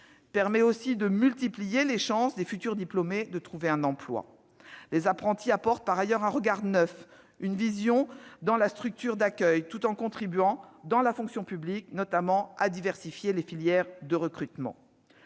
permet aussi de multiplier les chances du futur diplômé de trouver un emploi. Les apprentis apportent un regard neuf, une vision nouvelle dans la structure d'accueil, tout en contribuant dans la fonction publique notamment à diversifier les filières de recrutement.